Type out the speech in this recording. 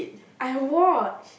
I watch